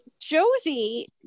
Josie